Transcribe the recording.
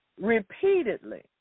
Repeatedly